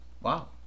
Wow